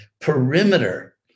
perimeter